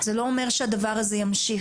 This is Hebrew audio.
זה לא אומר שהדבר הזה ימשיך.